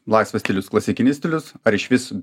laisvas stilius klasikinis stilius ar išvis